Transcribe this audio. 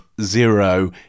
Zero